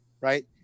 right